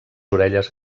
orelles